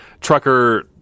trucker